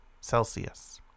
Celsius